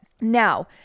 Now